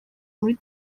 muri